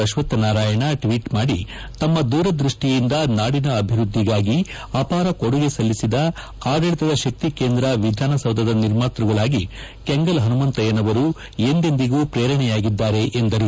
Ashwath Narayan tweet ಮಾದಿ ತಮ್ಮ ದೂರದೃಷ್ಟಿಯಿಂದ ನಾಡಿನ ಅಭಿವೃದ್ದಿಗಾಗಿ ಅಪಾರ ಕೊಡುಗೆ ಸಲ್ಲಿಸಿದ ಆಡಳಿತದ ಶಕ್ತಿ ಕೇಂದ್ರ ವಿಧಾನಸೌಧದ ನಿರ್ಮಾತೃಗಳಾಗಿ ಕೆಂಗಲ್ ಹನುಮಂತಯ್ಯನವರು ಎಂದೆಂದಿಗೂ ಪ್ರೇರಣೆಯಾಗಿದ್ದಾರೆ ಎಂದರು